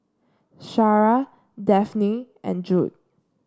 Shara Daphne and Judd